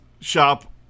shop